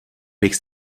bych